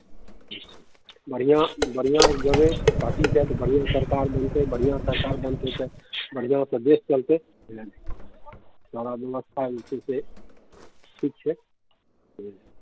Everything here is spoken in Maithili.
बढ़िआँ बढ़िआँ देबै पार्टीकेँ तऽ बढ़िआँ सरकार बनतै बढ़िआँ सरकार बनतै तऽ बढ़िआँसँ देश चलतै बुझलियै ने सारा व्यवस्था जे छै से ठीक छै